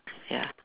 ya